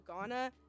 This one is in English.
Ghana